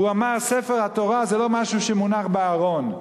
הוא אמר: ספר התורה זה לא משהו שמונח בארון,